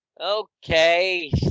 okay